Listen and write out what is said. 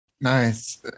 Nice